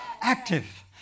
Active